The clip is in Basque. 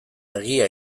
egia